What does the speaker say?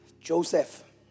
Joseph